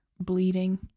bleeding